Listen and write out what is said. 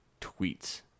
tweets